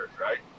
right